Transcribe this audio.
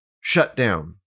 shutdown